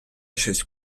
щось